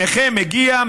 נכה מגיע,